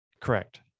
Correct